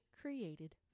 created